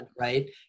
right